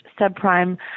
subprime